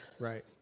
right